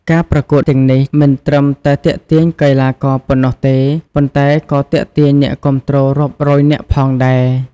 ការប្រកួតទាំងនេះមិនត្រឹមតែទាក់ទាញកីឡាករប៉ុណ្ណោះទេ ប៉ុន្តែក៏ទាក់ទាញអ្នកគាំទ្ររាប់រយនាក់ផងដែរ។